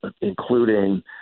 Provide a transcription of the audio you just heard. including